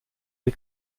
sie